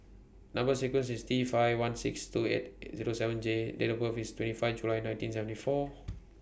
Number sequence IS T five one six two eight Zero seven J and Date of birth IS twenty five July nineteen seventy four